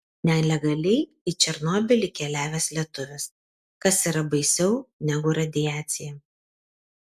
nelegaliai į černobylį keliavęs lietuvis kas yra baisiau negu radiacija